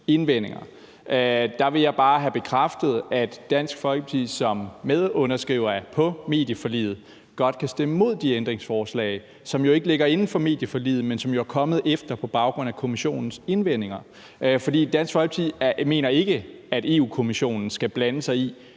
indvendinger, og der vil jeg bare have bekræftet, at Dansk Folkeparti som medunderskriver på medieforliget godt kan stemme imod de ændringsforslag, som ikke ligger inden for medieforliget, men som jo er kommet efter det på baggrund af Kommissionens indvendinger. For Dansk Folkeparti mener ikke, at Europa-Kommissionen skal blande sig i,